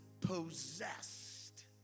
possessed